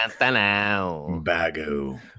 Bagu